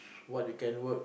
what you can work